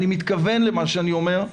אני מתכוון למה שאני אומר.